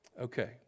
Okay